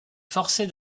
forcée